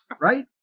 Right